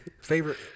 Favorite